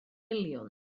miliwn